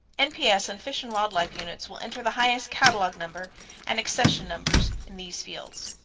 nps and fish and wildlife units will enter the highest catalog number and accession numbers in these fields.